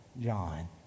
john